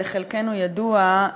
כמו שלחלקנו ידוע,